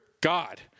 God